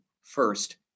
first